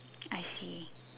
I see